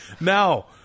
Now